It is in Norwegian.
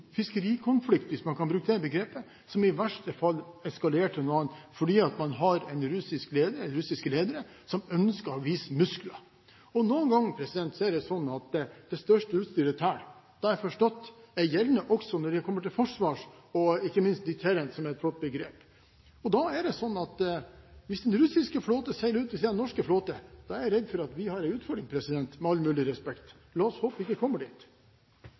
fiskerikonflikt, hvis jeg kan bruke det begrepet, og som i verste fall eskalerer til noe annet, fordi man har russiske ledere som ønsker å vise muskler. Noen ganger er det sånn at det største utstyret teller. Det har jeg forstått er gjeldende også når det kommer til forsvar og, ikke minst, «deterrence», som er et flott begrep. Da er det sånn at hvis den russiske flåten seiler ut ved siden av den norske flåten, er jeg redd for at vi har en utfordring, med all mulig respekt. La oss håpe vi ikke kommer dit.